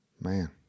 Man